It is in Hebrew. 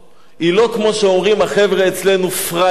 היא לא כמו שאומרים החבר'ה אצלנו פראיירית,